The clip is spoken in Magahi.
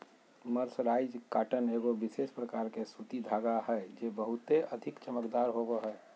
मर्सराइज्ड कॉटन एगो विशेष प्रकार के सूती धागा हय जे बहुते अधिक चमकदार होवो हय